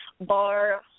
bar